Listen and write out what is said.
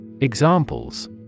Examples